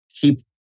keep